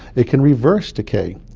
it can reverse decay.